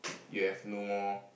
you have no more